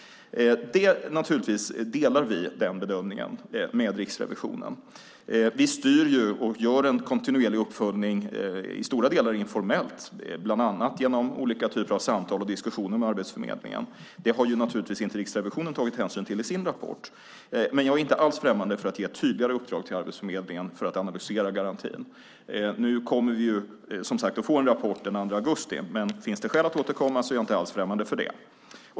Den bedömningen delar vi med Riksrevisionen. Vi styr och gör en kontinuerlig uppföljning, i stora delar informellt, bland annat genom olika typer av samtal och diskussioner med Arbetsförmedlingen. Det har naturligtvis inte Riksrevisionen tagit hänsyn till i sin rapport, men jag är inte alls främmande för att ge tydligare uppdrag till Arbetsförmedlingen för att analysera garantin. Nu kommer vi ju, som sagt, att få en rapport den 2 augusti, men finns det skäl att återkomma är jag inte alls främmande för det.